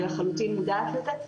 אני לחלוטין מודעת לזה,